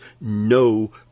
no